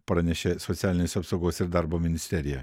pranešė socialinės apsaugos ir darbo ministerija